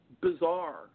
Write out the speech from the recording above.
bizarre